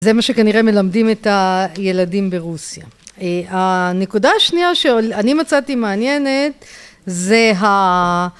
זה מה שכנראה מלמדים את הילדים ברוסיה. הנקודה השנייה שאני מצאתי מעניינת זה ה...